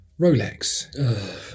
Rolex